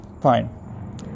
Fine